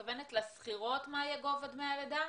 מתכוונת לשכירות מה יהיה גובה דמי הלידה?